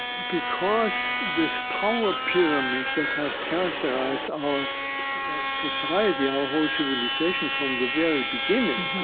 because this power pyramid that has characterized our society, our whole civilization from the very beginning,